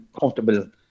comfortable